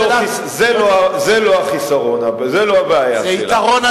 זה לא החיסרון, זה לא הבעיה שלה, זה יתרון.